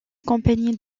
compagnie